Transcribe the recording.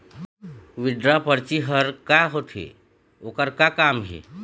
Withdraw परची हर का होते, ओकर का काम हे?